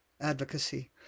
advocacy